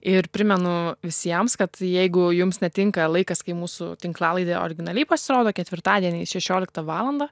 ir primenu visiems kad jeigu jums netinka laikas kai mūsų tinklalaidė originaliai pasirodo ketvirtadieniais šešioliktą valandą